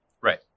Right